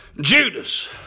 Judas